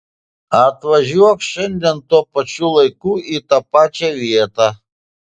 atvažiuok šiandien tuo pačiu laiku į tą pačią vietą